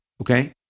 okay